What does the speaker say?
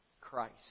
Christ